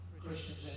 Christians